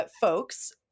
Folks